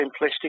simplistic